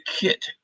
kit